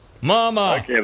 Mama